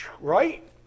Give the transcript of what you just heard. Right